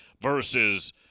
versus